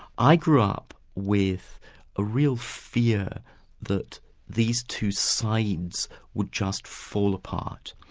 i grew up with a real fear that these two sides would just fall apart,